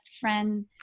friend